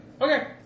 Okay